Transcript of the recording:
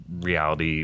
reality